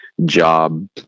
job